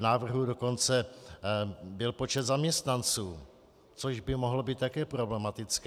V návrhu dokonce byl počet zaměstnanců, což by mohlo být také problematické.